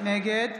נגד